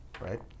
right